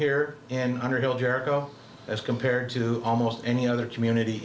here in underhill jericho as compared to almost any other community